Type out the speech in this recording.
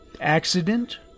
accident